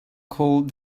called